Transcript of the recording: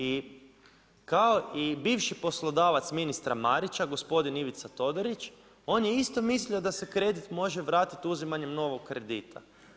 I kao i bivši poslodavac ministra Marića gospodin Ivica Todorić, on je isto mislio da se kredit može vratiti uzimanjem novog kredita.